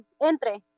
entre